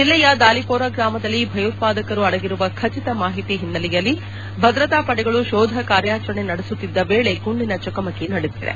ಜಿಲ್ಲೆಯ ದಾಲಿಪೋರಾ ಗ್ರಾಮದಲ್ಲಿ ಭಯೋತ್ಸಾದಕರು ಅಡಗಿರುವ ಖಚಿತ ಮಾಹಿತಿ ಹಿನ್ನೆಲೆಯಲ್ಲಿ ಭದ್ರತಾ ಪಡೆಗಳು ಶೋಧ ಕಾರ್ಯಾಚರಣೆ ನಡೆಸುತ್ತಿದ್ದ ವೇಳೆ ಗುಂಡಿನ ಚಕಮಕಿ ನಡೆದಿದೆ